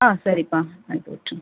ஆ சரிப்பா தேங்க்யூ வெச்சிடு